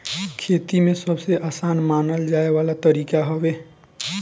खेती में सबसे आसान मानल जाए वाला तरीका हवे